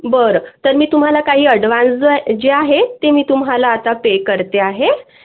बरं तर मी तुम्हाला काही ॲडवान्स जो जे आहे ते मी तुम्हाला आता पे करते आहे